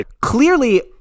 clearly